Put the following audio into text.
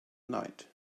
night